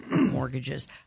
mortgages